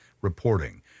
reporting